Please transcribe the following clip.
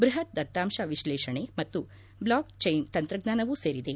ಬೃಹತ್ ದತ್ತಾಂಶ ವಿಶ್ಲೇಷಣೆ ಮತ್ತು ಬ್ಲಾಕ್ ಚೈನ್ ತಂತ್ರಜ್ಞಾನವೂ ಸೇರಿದೆ